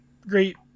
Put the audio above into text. Great